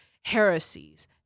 heresies